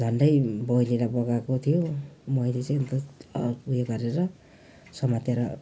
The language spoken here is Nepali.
झन्डै बहिनीलाई बगाएको थियो मैले चाहिँ अन्त उयो गरेर समातेर